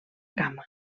cama